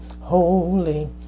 holy